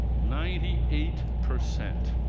ninety eight percent.